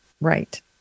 right